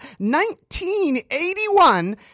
1981